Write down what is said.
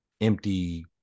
empty